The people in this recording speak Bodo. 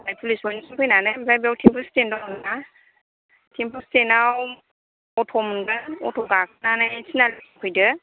ओमफ्राय प'लिस पइन्ट सिम फैनानै ओमफ्राय बेयाव तेम्प' स्टेन्ड दङ ना तेम्प' स्टेन्ड आव अट' मोनोबा अट' गाखोनानै तिनिआलिसिम फै